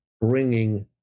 bringing